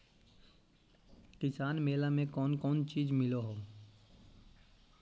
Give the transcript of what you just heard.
किसान मेला मे कोन कोन चिज मिलै है?